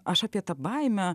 aš apie tą baimę